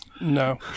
no